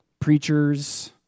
preachers